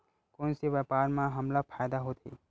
कोन से व्यापार म हमला फ़ायदा होथे?